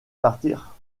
partir